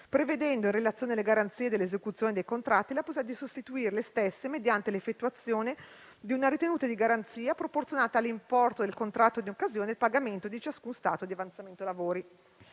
prevedendo, in relazione alle garanzie dell'esecuzione dei contratti, la possibilità di sostituire le stesse mediante l'effettuazione di una ritenuta di garanzia proporzionata all'importo del contratto, in occasione del pagamento di ciascun stato di avanzamento dei lavori.